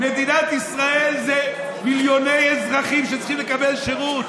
מדינת ישראל זה מיליוני אזרחים שצריכים לקבל שירות.